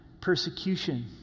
persecution